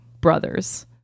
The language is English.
brothers